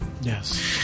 Yes